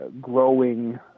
growing